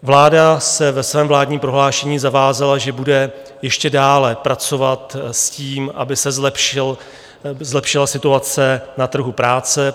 Vláda se ve svém vládním prohlášení zavázala, že bude ještě dále pracovat s tím, aby se zlepšila situace na trhu práce.